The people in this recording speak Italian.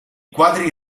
quadri